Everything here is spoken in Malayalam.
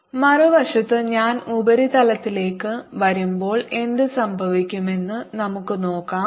Minside0 മറുവശത്ത് ഞാൻ ഉപരിതലത്തിലേക്ക് വരുമ്പോൾ എന്ത് സംഭവിക്കുമെന്ന് നമുക്ക് നോക്കാം